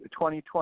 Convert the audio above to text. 2020